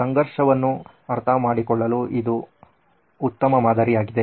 ಆದ್ದರಿಂದ ಸಂಘರ್ಷವನ್ನು ಅರ್ಥಮಾಡಿಕೊಳ್ಳಲು ಇದು ಉತ್ತಮ ಮಾದರಿಯಾಗಿದೆ